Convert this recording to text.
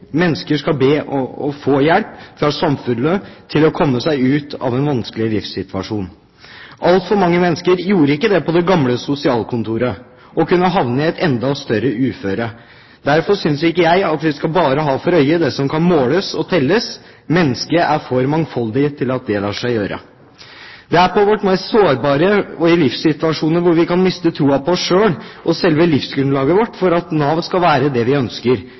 mennesker skal be om å få hjelp fra samfunnet til å komme seg ut av en vanskelig livssituasjon. Altfor mange mennesker gjorde ikke det på det gamle sosialkontoret, og kunne havne i et enda større uføre. Derfor synes ikke jeg at vi bare skal ha for øye det som kan måles og telles. Mennesket er for mangfoldig til at det lar seg gjøre. Det er når vi er mest sårbare – i livssituasjoner hvor vi kan miste troen på oss selv og selve livsgrunnlaget – at Nav skal være det vi ønsker,